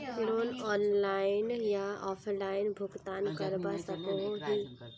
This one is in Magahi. लोन ऑनलाइन या ऑफलाइन भुगतान करवा सकोहो ही?